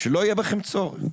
שלא היה בכם צורך.